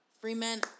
Freeman